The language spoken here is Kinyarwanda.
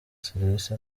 serivisi